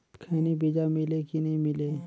खैनी बिजा मिले कि नी मिले?